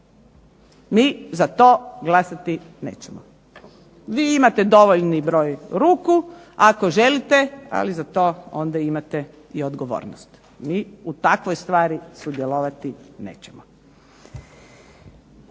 Mi za to glasati nećemo. Vi imate dovoljni broj ruku ako želite, ali za to onda imate i odgovornost. Mi u takvoj stvari sudjelovati nećemo.